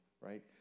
right